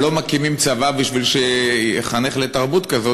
לא מקימים צבא בשביל שיחנך לתרבות כזאת,